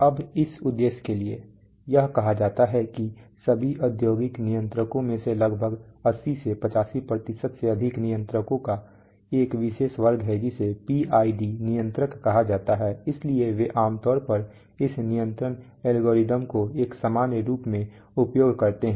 अब इस उद्देश्य के लिए यह कहा जाता है कि सभी औद्योगिक नियंत्रकों में से लगभग 80 85 से अधिक नियंत्रकों का एक विशेष वर्ग है जिसे पीआईडी नियंत्रक कहा जाता है इसलिए वे आम तौर पर इस नियंत्रण एल्गोरिदम को एक सामान्य रूप में उपयोग करते हैं